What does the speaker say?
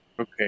Okay